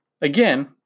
Again